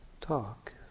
talk